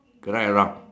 correct or wrong